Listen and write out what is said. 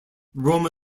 roma